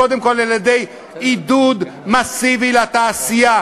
קודם כול, על-ידי עידוד מסיבי לתעשייה.